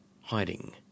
Hiding